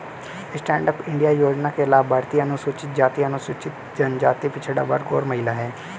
stand up India योजना के लाभार्थी अनुसूचित जाति, अनुसूचित जनजाति, पिछड़ा वर्ग और महिला है